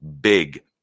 big